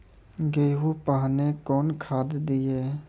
गेहूँ पहने कौन खाद दिए?